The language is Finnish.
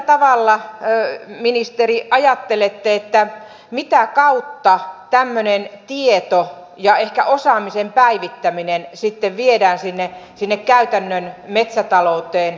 mitä kautta ministeri ajattelette että tämmöinen tieto ja ehkä osaamisen päivittäminen sitten viedään sinne käytännön metsätalouteen